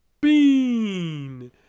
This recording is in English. bean